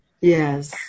Yes